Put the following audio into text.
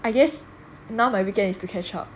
I guess now my weekend is to catch up